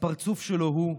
הפרצוף שלו הוא,